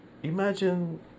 Imagine